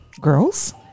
girls